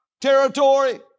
territory